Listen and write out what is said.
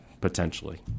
potentially